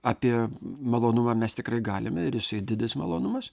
apie malonumą mes tikrai galime ir didis malonumas